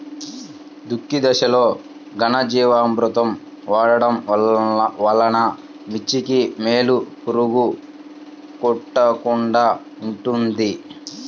దుక్కి దశలో ఘనజీవామృతం వాడటం వలన మిర్చికి వేలు పురుగు కొట్టకుండా ఉంటుంది?